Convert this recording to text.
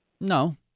No